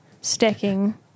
Stacking